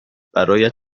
برایت